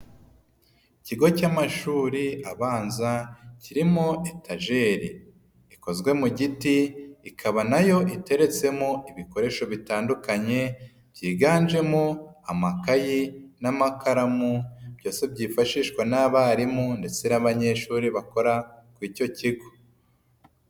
Ikigo cy'amashuri abanza kirimo etajeri ikozwe mu giti, ikaba nayo iteretsemo ibikoresho bitandukanye byiganjemo amakayi n'amakaramu, byose byifashishwa n'abarimu ndetse n'abanyeshuri bakora ku icyo kigo.